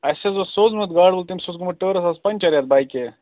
اَسہِ حظ اوس سوٗزمُت گاڈٕ وُنکٮ۪س چھُس گوٚمُت ٹٲرَس حظ پَنچر یَتھ بایکہِ